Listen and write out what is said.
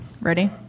Ready